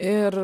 ir